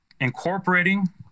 incorporating